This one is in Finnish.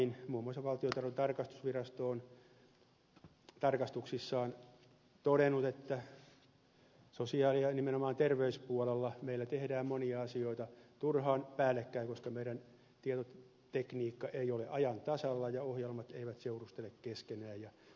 muun muassa valtiontalouden tarkastusvirasto on tarkastuksissaan todennut että sosiaali ja nimenomaan terveyspuolella meillä tehdään monia asioita turhaan päällekkäin koska meidän tietotekniikkamme ei ole ajan tasalla ja ohjelmat eivät seurustele keskenään